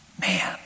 Man